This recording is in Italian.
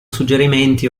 suggerimenti